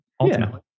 Ultimately